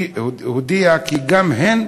הודיעו כי גם הן